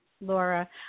Laura